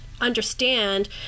understand